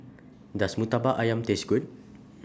Does Murtabak Ayam Taste Good